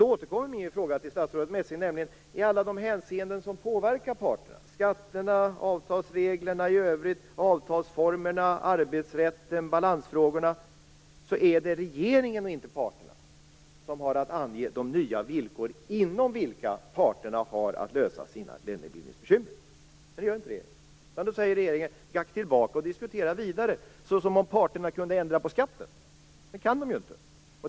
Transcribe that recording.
Då återkommer jag med min fråga till statsrådet Messing. Vad gäller allt som påverkar parterna - skatterna, avtalsreglerna i övrigt, avtalsformerna, arbetsrätten och balansfrågorna - är det regeringen och inte parterna som har att ange de nya villkoren inom vilka parterna har att lösa sina lönebildningsbekymmer. Men detta gör inte regeringen. Regeringen säger: Gå tillbaka och diskutera vidare! Det gör man precis som om parterna kunde ändra på skatten. Det kan de ju inte.